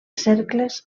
cercles